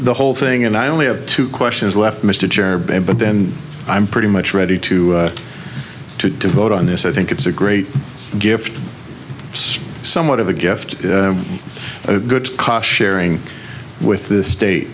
whole thing and i only have two questions left mr but then i'm pretty much ready to devote on this i think it's a great gift somewhat of a gift a good cost sharing with the state